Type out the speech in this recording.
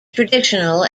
traditional